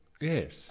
Yes